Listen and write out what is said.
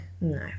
No